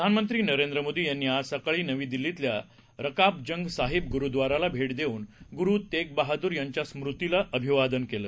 प्रधानमंत्री नरेंद्र मोदी यांनी आज सकाळी नवी दिल्लीतल्या रकाबगंजसाहिब गुरुद्वाराला भेट देऊन गुरु तेगबहादूर यांच्या स्मृतीला अभिवादन केलं